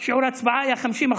שבהן שיעור ההצבעה אצלנו היה 50%,